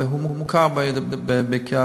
והוא מוכר במדינה.